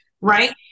right